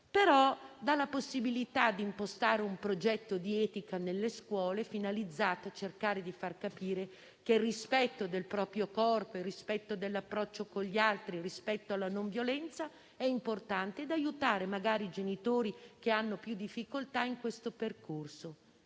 testo dà la possibilità di impostare un progetto di etica nelle scuole, finalizzato a cercare di far capire l'importanza del rispetto del proprio corpo, dell'approccio con gli altri, del rispetto della non violenza, e magari di aiutare i genitori che hanno più difficoltà in questo percorso.